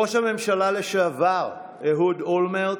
ראש הממשלה לשעבר אהוד אולמרט,